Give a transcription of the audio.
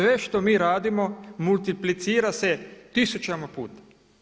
Sve što mi radimo multiplicira se tisućama puta.